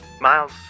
Miles